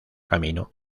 camino